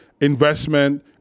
investment